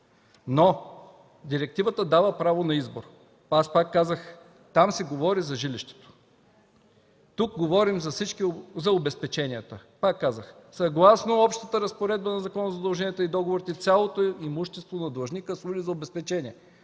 но директивата дава право на избор. Пак казвам, там се говори за жилището. Тук говорим за обезпеченията. Пак казвам – съгласно общата разпоредба на Закона за задълженията и договорите цялото имущество на длъжника служи за обезпечение.